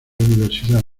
universidad